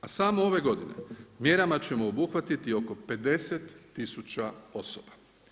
A samo ove godine mjerama ćemo obuhvatiti oko 50 tisuća osoba.